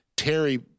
Terry